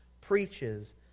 preaches